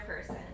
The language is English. person